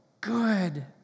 Good